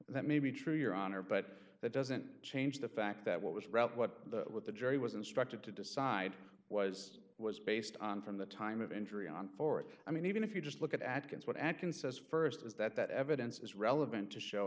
that may be true your honor but that doesn't change the fact that what was read what the what the jury was instructed to decide was was based on from the time of injury on th i mean even if you just look at adkins what akon says st is that that evidence is relevant to show